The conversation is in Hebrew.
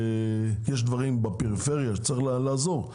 יש דברים בפריפריה שצריך לעזור,